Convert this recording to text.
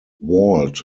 walt